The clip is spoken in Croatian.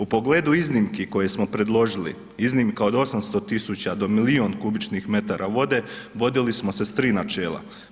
U pogledu iznimki koje smo predložili, iznimka od 800.000 do milion m3 vode vodili smo se s tri načela.